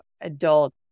adult